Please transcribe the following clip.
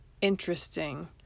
interesting